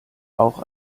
auch